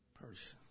person